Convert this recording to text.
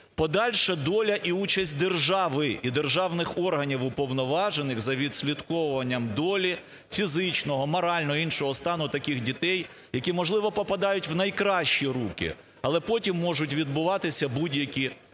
подальша доля і участь держави і державних органів уповноважених за відслідковуванням долі фізичного, морального і іншого стану таких дітей, які, можливо, потрапляють в найкращі руки, але потім можуть відбуватися будь-які дії?